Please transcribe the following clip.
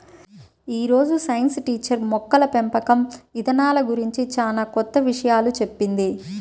యీ రోజు science teacher మొక్కల పెంపకం ఇదానాల గురించి చానా కొత్త విషయాలు చెప్పింది